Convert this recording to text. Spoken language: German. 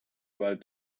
bald